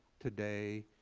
today,